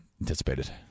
anticipated